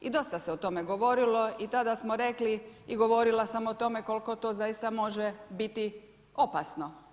I dosta se to tome govorili i tada smo rekli i govorila sam o tome koliko to zaista može biti opasno.